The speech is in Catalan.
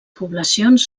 poblacions